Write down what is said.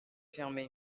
fermez